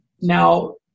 now